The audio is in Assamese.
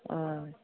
অঁ